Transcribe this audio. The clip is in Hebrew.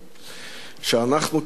שאנחנו כחיילים,